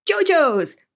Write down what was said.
JoJo's